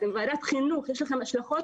אתם ועדת חינוך, מדובר על השלכות